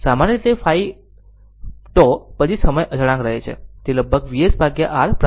સામાન્ય રીતે 5 τ પછી સમય અચળાંક રહે છે તે લગભગ VsR પ્રાપ્ત કરશે